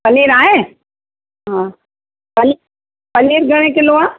पनीर आहे हा पनी पनीर घणे किलो आहे